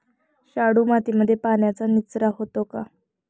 शाडू मातीमध्ये पाण्याचा निचरा होतो का?